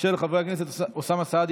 של חברי הכנסת אוסאמה סעדי,